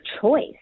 choice